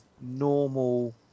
normal